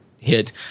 hit